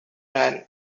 ran